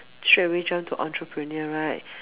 straightaway jump to entrepreneur right